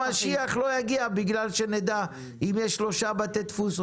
המשיח לא יגיע מבלי שנדע אם יש שלושה בתי דפוס,